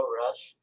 rush